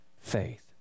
faith